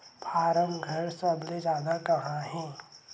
form घर सबले जादा कहां हे